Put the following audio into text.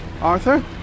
Arthur